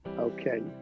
okay